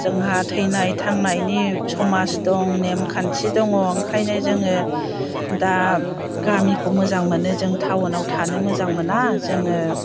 जोंहा थैनाय थांनायनि समाज दं नेम खान्थि दङ ओंखायनो जोङो दा गामिखौ मोजां मोनो जों टाउनाव थानो मोजां मोना जोङो